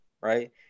right